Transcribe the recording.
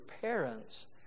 parents